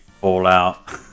Fallout